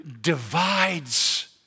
divides